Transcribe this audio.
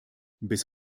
bis